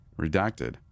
redacted